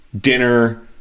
dinner